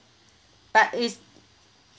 but is